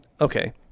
Okay